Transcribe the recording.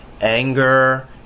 anger